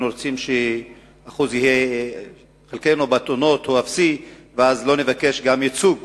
היינו רוצים שחלקנו בתאונות יהיה אפסי ואז לא נבקש ייצוג,